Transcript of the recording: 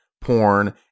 porn